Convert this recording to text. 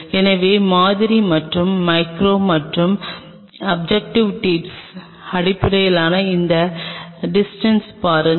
எனவே மாதிரி மற்றும் மைக்ரோ மற்றும் ஆப்ஜெக்ட்டிவ் டிப் இடையிலான இந்த டிஸ்டன்ஸ்ஸை பாருங்கள்